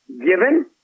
given